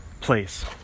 place